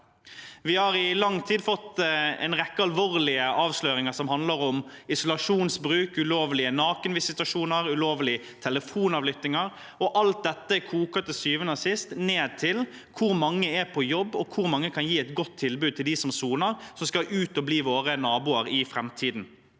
Vi har i lang tid fått en rekke alvorlige avsløringer som handler om isolasjonsbruk, ulovlige nakenvisitasjoner, ulovlige telefonavlyttinger. Alt dette koker til syvende og sist ned til hvor mange som er på jobb, og hvor mange som kan gi et godt tilbud til dem som soner, og som skal ut og bli våre naboer i framtiden.